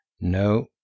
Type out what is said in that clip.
No